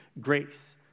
Grace